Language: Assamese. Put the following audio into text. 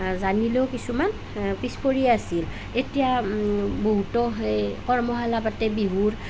জানিলেও কিছুমান পিছপৰি আছিল এতিয়া বহুতো সেই কৰ্মশালা পাতে বিহুৰ